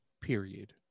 Period